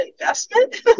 investment